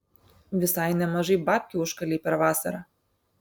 visai nemažai babkių užkalei per vasarą